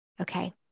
Okay